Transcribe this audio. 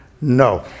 No